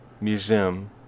Museum